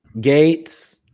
Gates